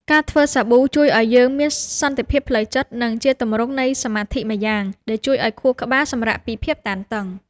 ការធ្វើសាប៊ូជួយឱ្យយើងមានសន្តិភាពផ្លូវចិត្ត និងជាទម្រង់នៃសមាធិម្យ៉ាង ដែលជួយឱ្យខួរក្បាលសម្រាកពីភាពតានតឹង។